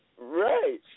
Right